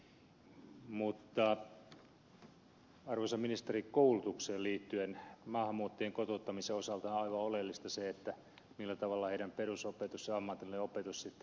mutta arvoisa ministeri koulutukseen liittyen maahanmuuttajien kotouttamisen osalta on aivan oleellista se millä tavalla heidän perusopetuksensa ja ammatillinen opetuksensa järjestetään